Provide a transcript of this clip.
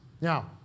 Now